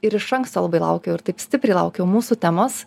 ir iš anksto labai laukiau ir taip stipriai laukiau mūsų temos